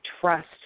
trust